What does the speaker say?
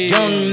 Young